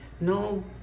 No